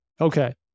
Okay